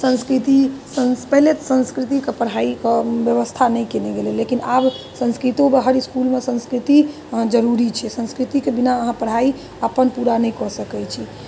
संस्कृति पहले संस्कृतिके पढ़ाइके व्यवस्था नहि कयने रहै लेकिन आब संस्कृतोके हर इसकुलमे संस्कृति जरूरी छै संस्कृतिके बिना अहाँ पढ़ाइ अपन पूरा नहि कऽ सकैत छी